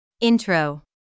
Intro